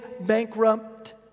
bankrupt